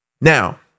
Now